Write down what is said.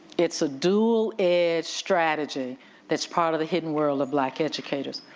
it's a dual edged strategy that's part of the hidden world of black educators.